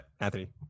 Anthony